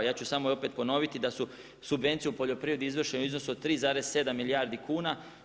Ja ću samo i opet ponoviti da su subvencije u poljoprivredi izvršene u iznosu od 3,7 milijardi kuna.